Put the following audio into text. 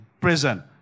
prison